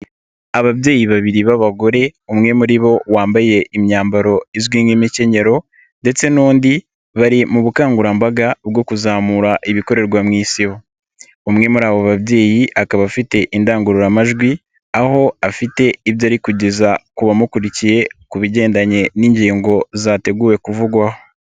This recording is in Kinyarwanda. Ababyeyi babiri b'abagore, umwe muri bo wambaye imyambaro izwi nk'imikenyero ndetse n'undi, bari mu bukangurambaga bwo kuzamura ibikorerwa mu isibo. Umwe muri abo babyeyi akaba afite indangururamajwi, aho afite ibyo ari kugeza ku bamukurikiye ku bigendanye n'ingingo zateguwe kuvugwaho.